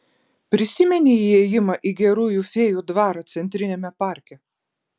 prisimeni įėjimą į gerųjų fėjų dvarą centriniame parke